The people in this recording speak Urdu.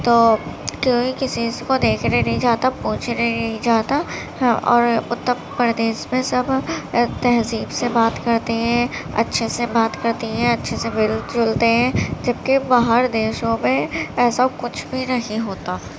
تو کوئی کسی کو دیکھنے نہیں جاتا پوچھنے نہیں جاتا اور اتر پردیش میں سب تہذیب سے بات کرتے ہیں اچھے سے بات کرتے ہیں اچھے سے مل جلتے ہیں جبکہ باہر دیشوں میں ایسا کچھ بھی نہیں ہوتا